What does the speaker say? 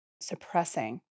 suppressing